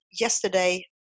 yesterday